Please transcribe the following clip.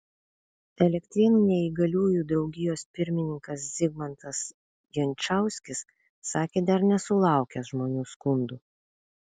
elektrėnų neįgaliųjų draugijos pirmininkas zigmantas jančauskis sakė dar nesulaukęs žmonių skundų